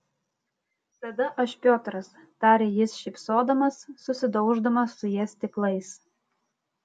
tada aš piotras tarė jis šypsodamas susidauždamas su ja stiklais